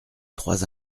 trois